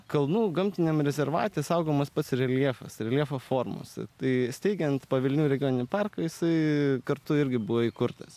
kalnų gamtiniam rezervate saugomas pats reljefas reljefo formos tai steigiant pavilnių regioninį parką jisai kartu irgi buvo įkurtas